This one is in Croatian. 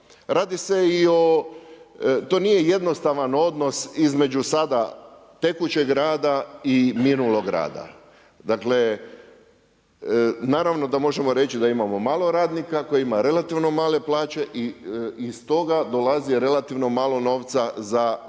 to nije jednostavan odnos između sada tekućeg rada i minulog rada. Dakle, naravno da možemo reći da ima malo radnika koji ima relativno male plaće i stoga dolazi relativno malo novca za